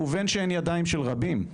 ובין שהן ידיים של רבים,